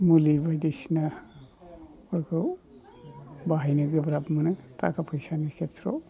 मुलि बायदिसिनाफोरखौ बाहायनो गोब्राब मोनो थाखा फैसानि खेथ्र'आव